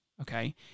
okay